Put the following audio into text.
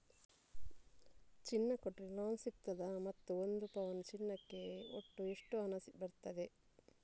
ಚಿನ್ನ ಕೊಟ್ರೆ ಲೋನ್ ಸಿಗ್ತದಾ ಮತ್ತು ಒಂದು ಪೌನು ಚಿನ್ನಕ್ಕೆ ಒಟ್ಟು ಎಷ್ಟು ಹಣ ಬರ್ತದೆ?